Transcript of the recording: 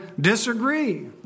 disagree